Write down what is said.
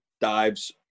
dives